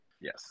Yes